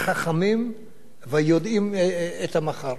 החכמים והיודעים את המחר.